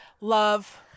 love